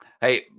Hey